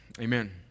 amen